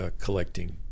collecting